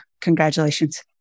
congratulations